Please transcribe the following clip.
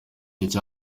icyo